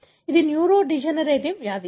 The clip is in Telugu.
ఇది న్యూరోడెజెనరేటివ్ వ్యాధి